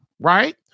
right